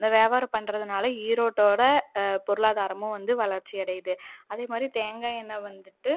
இந்த வியாபாரம் பண்ணுறதுனால ஈரோட்டோடய பொருளாதாரமும் வந்து வளர்ச்சியடையுது அதே மாதிரி தேங்காய் எண்ணய் வந்துட்டு